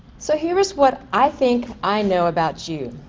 so here is what i think i know about you,